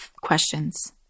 questions